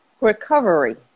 Recovery